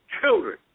children